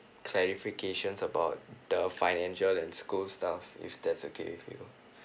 clarification about the financial and school stuff if that's okay if you